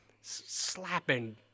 slapping